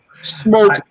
smoke